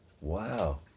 Wow